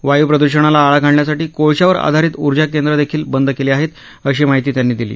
वायू प्रद्धषणाला आळा घालण्यासाठी कोळश्यावर आधारित ऊर्जा केंद्र देखील बंद केली आहेत अशी माहिती त्यांनी दिली